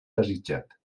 desitjat